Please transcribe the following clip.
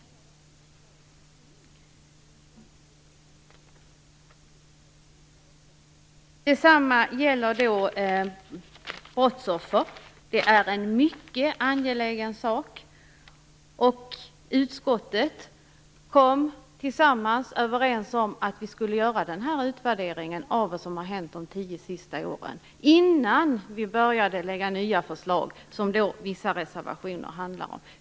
Detsamma gäller frågan om brottsoffer som är en mycket angelägen fråga. Utskottet kom överens om att vi skulle göra denna utvärdering av vad som har hänt under de senaste tio åren innan vi lägger fram nya förslag, vilket vissa reservationer handlar om.